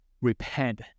repent